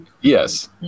yes